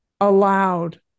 allowed